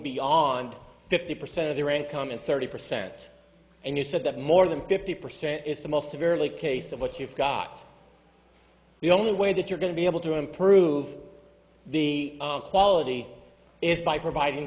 beyond fifty percent of their income and thirty percent and you said that more than fifty percent is the most severely case of what you've got the only way that you're going to be able to improve the quality is by providing